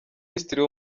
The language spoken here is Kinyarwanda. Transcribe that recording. minisitiri